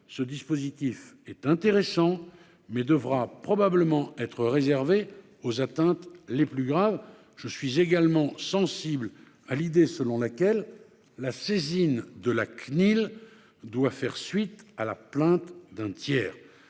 Ce dispositif est intéressant, mais devra probablement être réservé aux atteintes les plus graves. Je suis également sensible à l'idée selon laquelle la saisine de la Cnil doit faire suite à la plainte d'un tiers.